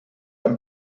ein